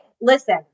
listen